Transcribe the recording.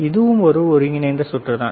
இதுவும் ஒரு ஒருங்கிணைந்த சுற்று தான்